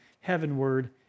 heavenward